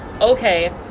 okay